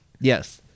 yes